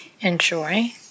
enjoy